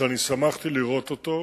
שאני שמחתי לראות אותו,